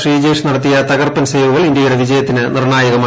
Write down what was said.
ശ്രീജേഷ് നടത്തിയ തകർപ്പൻ സേവുകൾ ഇന്ത്യയുടെ വിജയത്തിന് നിർണായകമായി